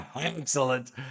Excellent